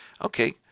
Okay